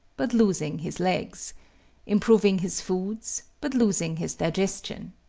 but losing his legs improving his foods, but losing his digestion.